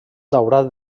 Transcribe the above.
daurat